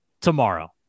tomorrow